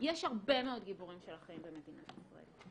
יש הרבה מאוד גיבורים של החיים במדינת ישראל.